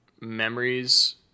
memories